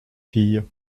fille